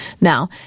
now